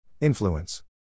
Influence